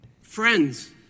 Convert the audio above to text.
Friends